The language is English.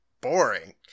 boring